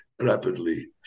rapidly